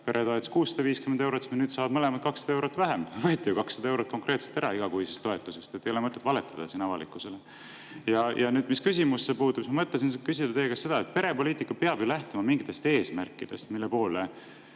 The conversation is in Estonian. pere toetus 650 eurot, aga nüüd saavad mõlemad 200 eurot vähem. Võeti ju 200 eurot konkreetselt ära igakuisest toetusest. Ei ole mõtet valetada siin avalikkusele. Mis küsimusse puutub, siis ma mõtlesin küsida teie käest seda. Perepoliitika peab ju lähtuma mingitest eesmärkidest, mille poole